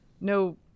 no